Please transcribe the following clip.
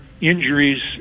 injuries